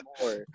more